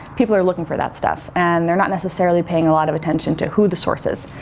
people are looking for that stuff. and they're not necessarily paying a lot of attention to who the source is.